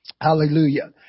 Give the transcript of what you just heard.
Hallelujah